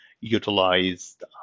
utilized